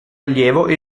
allievo